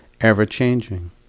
ever-changing